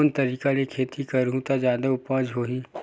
कोन तरीका ले खेती करहु त जादा उपज होही?